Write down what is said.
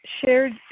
shared